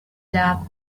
lab